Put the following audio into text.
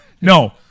No